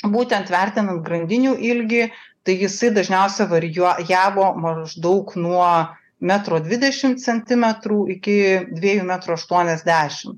būtent vertinant grandinių ilgį tai jisai dažniausiai varijuo javo maždaug nuo metro dvidešim centimetrų iki dviejų metrų aštuoniasdešim